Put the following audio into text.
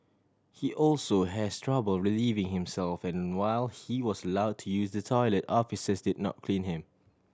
he also has trouble relieving himself and while he was allow to use the toilet officers did not clean him